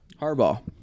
Harbaugh